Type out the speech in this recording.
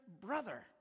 brother